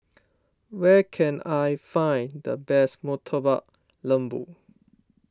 where can I find the best Murtabak Lembu